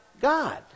God